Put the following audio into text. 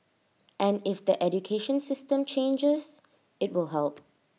and if the education system changes IT will help